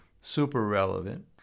super-relevant